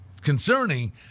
concerning